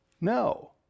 no